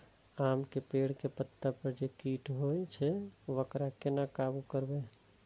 आम के पेड़ के पत्ता पर जे कीट होय छे वकरा केना काबू करबे?